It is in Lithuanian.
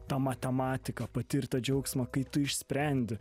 tą matematiką patirt tą džiaugsmą kai tu išsprendi